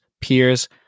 peers